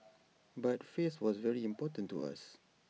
but face was very important to us